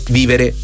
vivere